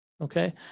Okay